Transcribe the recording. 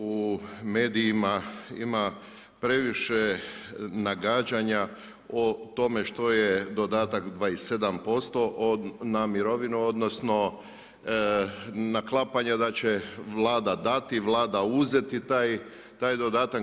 U medijima ima previše nagađanja o tome što je dodatak 27% na mirovinu, odnosno naklapanje da će Vlada dati, Vlada uzeti taj dodatak.